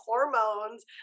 hormones